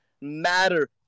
matter